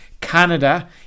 canada